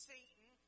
Satan